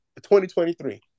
2023